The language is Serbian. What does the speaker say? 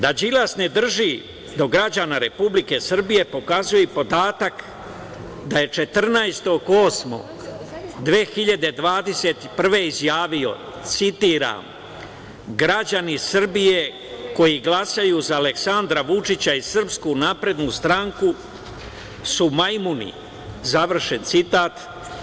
Da Đilas ne drži do građana Republike Srbije pokazuje i podatak da je 14. avgusta 2021. godine izjavio, citiram – građani Srbije koji glasaju za Aleksandra Vučića i SNS su majmuni, završen citat.